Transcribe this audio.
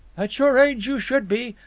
at your age you should be.